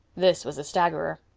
this was a staggerer.